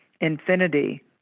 infinity